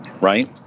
right